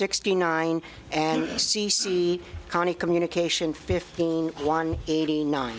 sixty nine and c c county communication fifteen one eighty nine